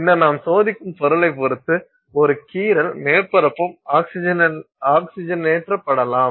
பின்னர் நாம் சோதிக்கும் பொருளைப் பொறுத்து ஒரு கீறல் மேற்பரப்பும் ஆக்ஸிஜனேற்றப்படலாம்